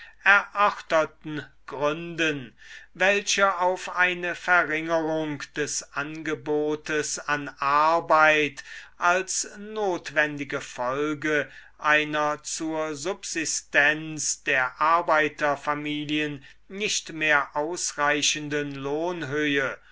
erörterten gründen welche auf eine verringerung des angebotes an arbeit als notwendige folge einer zur subsistenz der arbeiterfamilien nicht mehr ausreichenden lohnhöhe